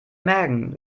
mägen